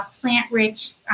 plant-rich